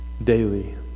daily